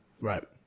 Right